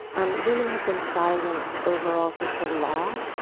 um women have been silenced overall for so long,